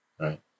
right